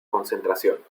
concentración